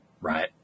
right